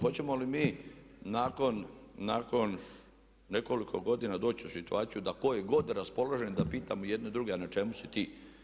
Hoćemo li mi nakon nekoliko godina doći u situaciju da tko je god raspoložen da pitamo jedni druge a na čemu si ti?